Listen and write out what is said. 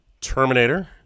Terminator